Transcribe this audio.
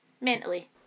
mentally